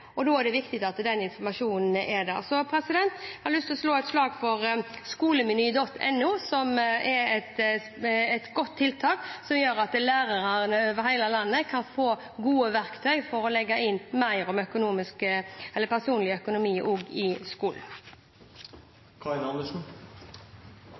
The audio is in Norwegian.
og da er det viktig at den informasjonen finnes. Jeg har lyst å slå et slag for skolemeny.no, som er et godt tiltak, og som gjør at lærere over hele landet kan få gode verktøy for å få inn mer om personlig økonomi i skolen. Å lære om økonomi er veldig viktig, så jeg er enig med statsråden i